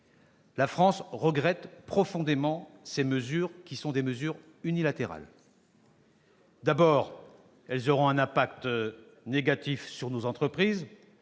La France regrette profondément ces mesures, qui sont des mesures unilatérales. Elles auront un impact négatif sur nos entreprises,